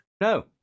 no